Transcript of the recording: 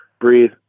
Breathe